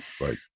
Right